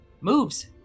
moves